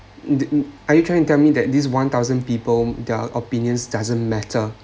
are you try to tell me that this one thousand people their opinions doesn't matter